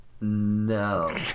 No